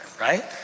right